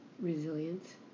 resilience